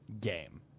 game